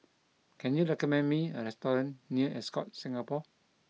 can you recommend me a restaurant near Ascott Singapore